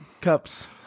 cups